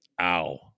Ow